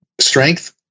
strength